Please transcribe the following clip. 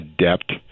adept